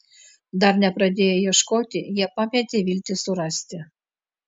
dar nepradėję ieškoti jie pametė viltį surasti